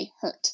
hurt